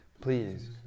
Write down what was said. please